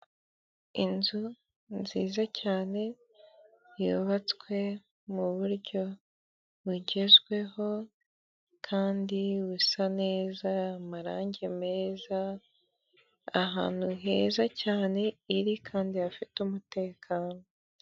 Inzu nziza cyane yubatswe mu buryo bugezweho kandi busa neza, amarangi meza, ahantu heza cyane iri kandi hafite umutekano.